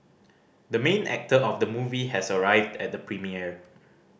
the main actor of the movie has arrived at the premiere